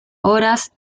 horas